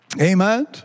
Amen